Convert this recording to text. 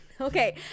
okay